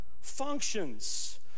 Functions